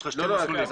יש לך שני מסלולים.